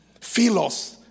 Philos